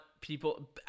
people